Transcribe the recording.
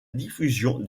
diffusion